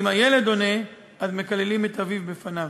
ואם הילד עונה אז מקללים את אביו בפניו.